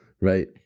Right